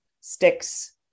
sticks